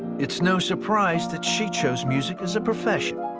it's no surprise that she chose music as a profession.